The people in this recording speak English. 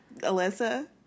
Alyssa